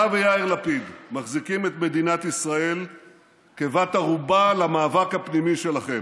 אתה ויאיר לפיד מחזיקים את מדינת ישראל כבת ערובה במאבק הפנימי שלכם.